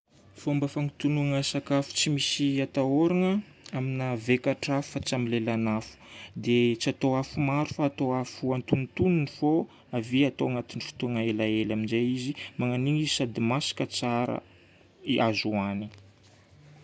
Fomba fampitognoana sakafo tsy misy atahôragna amina vaikatr'afo fa tsy amina lelan'afo. Dia tsy atao afo maro fa atao afo antonontonony fô ave atao agnaty fotoagna elaela amin'izay izy, magnano iny izy sady masaka tsara dia azo hohanigna.